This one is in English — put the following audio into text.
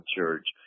church